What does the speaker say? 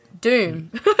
Doom